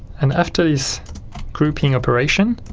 and after this grouping operation,